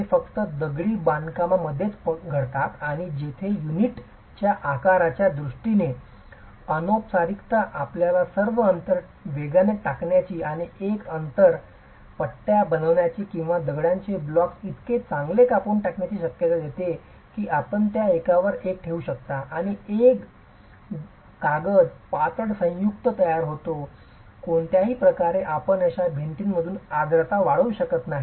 ते फक्त दगडी बांधकामांमधेच घडतात आणि जेथे युनिटच्या आकाराच्या दृष्टीने अनौपचारिकता आपल्याला सर्व अंतर वेगाने टाकण्याची आणि एकतर सर्व अंतर पट्ट्या बनवण्याची किंवा दगडांचे ब्लॉक्स इतके चांगले कापून टाकण्याची शक्यता देते की आपण त्या एकावर एक ठेवू शकता आणि एक कागद पातळ संयुक्त तयार होतो कारण कोणत्याही प्रकारे आपण अशा भिंतींमधून आर्द्रता वाढवू शकत नाही